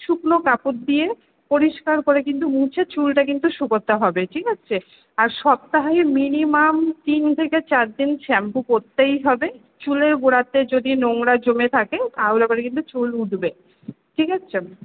শুকনো কাপড় দিয়ে পরিষ্কার করে কিন্তু মুছে চুলটা কিন্তু শুকোতে হবে ঠিক আছে আর সপ্তাহে মিনিমাম তিন থেকে চার দিন শ্যাম্পু করতেই হবে চুলের গোড়াতে যদি নোংরা জমে থাকে তাহলে পরে কিন্তু চুল উঠবে ঠিক আছে